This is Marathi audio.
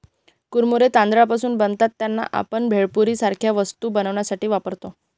कुरमुरे तांदळापासून बनतात त्यांना, आपण भेळपुरी सारख्या वस्तू बनवण्यासाठी वापरतो